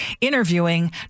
interviewing